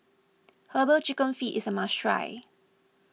Herbal Chicken Feet is a must try